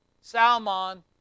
Salmon